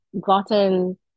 gotten